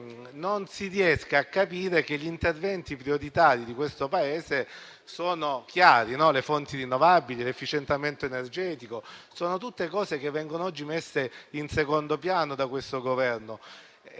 non si riesca a capire che gli interventi prioritari di questo Paese sono chiari: le fonti rinnovabili, l'efficientamento energetico, tutte cose che invece vengono oggi messe in secondo piano da questo Governo.